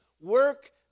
work